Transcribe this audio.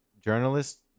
journalist